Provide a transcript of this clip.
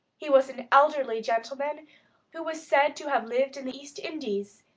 he was an elderly gentleman who was said to have lived in the east indies,